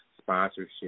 sponsorship